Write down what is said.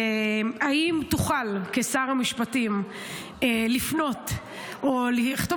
האם תוכל כשר המשפטים לפנות או לכתוב